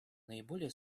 наиболее